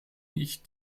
ich